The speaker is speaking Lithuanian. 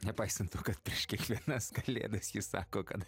nepaisant to kad prieš kiekvienas kalėdas ji sako kad